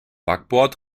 backbord